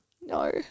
No